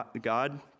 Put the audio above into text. God